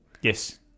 Yes